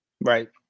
Right